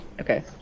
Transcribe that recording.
Okay